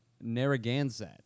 Narragansett